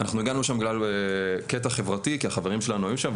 אנחנו הגענו לשם בגלל קטע חברתי כי החברים שלנו היו שם,